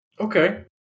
Okay